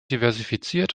diversifiziert